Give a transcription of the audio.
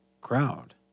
crowd